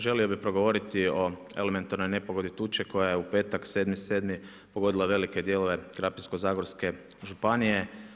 Želio bih progovoriti o elementarnoj nepogodi tuče koji je u peta, 7.7. pogodila velike dijelove Krapinsko-zagorske županije.